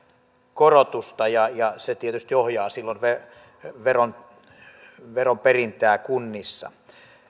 korotusta ja ja se tietysti ohjaa silloin veron veron perintää kunnissa